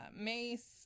mace